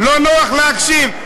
לא נוח להקשיב.